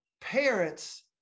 parents